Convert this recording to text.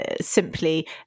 simply